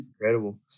incredible